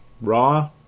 raw